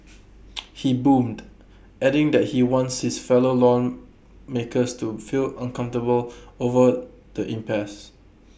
he boomed adding that he wants his fellow lawmakers to feel uncomfortable over the impasse